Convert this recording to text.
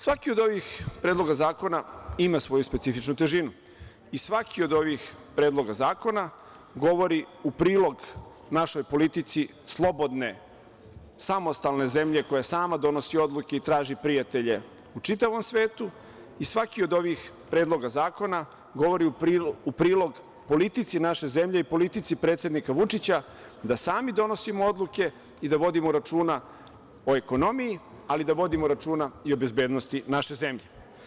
Svaki od ovih Predloga zakona ima svoju specifičnu težinu i svaki od ovih predloga zakona govori u prilog našoj politici slobodne, samostalne zemlje koja sama donosi odluke i traži prijatelje u čitavom svetu i svaki od ovih predloga zakona govori u prilog politici naše zemlje i politici predsednika Vučića da sami donosimo odluke i da vodimo računa o ekonomiji, ali da vodimo računa i o bezbednosti naše zemlje.